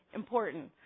important